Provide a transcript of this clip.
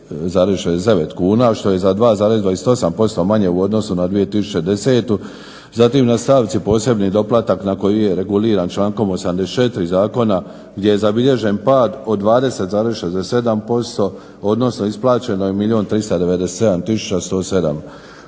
kuna što je za 2,28% manje u odnosu na 2010. Zatim na stavci posebni doplatak, na koji je reguliran člankom 84. zakona gdje je zabilježen pad od 20,67%, odnosno isplaćeno je 1 397 107 kuna